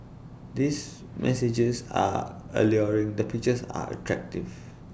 the messages are alluring the pictures are attractive